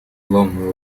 главную